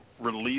release